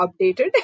updated